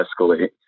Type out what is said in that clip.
escalate